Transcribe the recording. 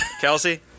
Kelsey